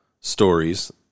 stories